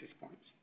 points